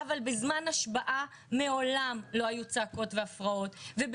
אבל בזמן השבעה מעולם לא היו הפרעות וצעקות,